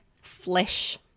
flesh